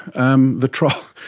and the trial,